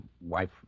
wife